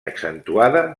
accentuada